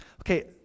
Okay